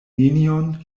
nenion